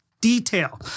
detail